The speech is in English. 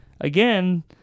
again